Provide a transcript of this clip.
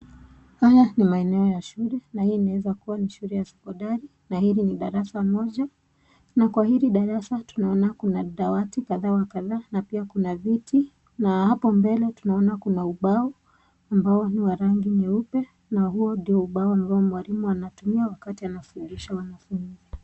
Haya ni maeneo ya shule na hii inaweza kuwa ni shule ya sekondari na hili ni darasa moja na kwa hili darasa tunaona kuna dawati kadha wa kadha na pia kuna viti na hapo mbele tunaona kuna ubao ambao ni wa rangi nyeupe na huo ndio ubao ambao mwalimu anatumia wakati anafundisha wanafunzi.